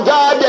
God